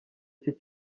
iki